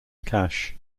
cash